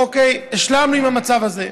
אוקיי, השלמנו עם המצב הזה.